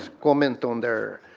comment on their